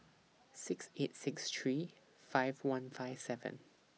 six eight six three five one five seven